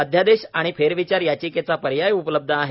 अध्यादेश आणि फेरविचार याचिकेचा पर्याय उपलब्ध आहे